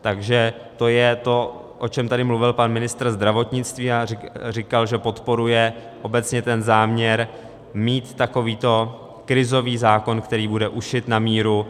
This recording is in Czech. Takže to je to, o čem tady mluvil pan ministr zdravotnictví a říkal, že podporuje obecně záměr mít takovýto krizový zákon, který bude ušit na míru.